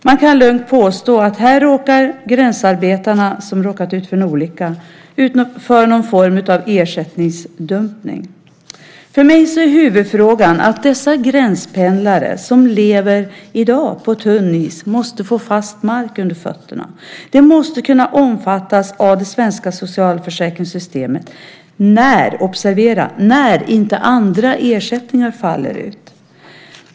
Man kan lugnt påstå att de gränsarbetare som råkat ut för en olycka råkar ut för någon form av ersättningsdumpning. För mig är huvudfrågan att dessa gränspendlare som i dag är ute på tunn is måste få fast mark under fötterna. De måste kunna omfattas av det svenska socialförsäkringssystemet när - observera: när - inte andra ersättningar faller ut.